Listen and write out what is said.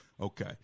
Okay